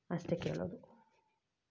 ಅಷ್ಟೇ ಕೇಳೋದು